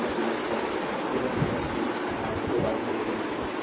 तो यह v0 और v0 3 होगा जो बाद में देखेंगे